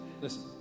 Listen